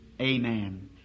Amen